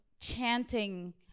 chanting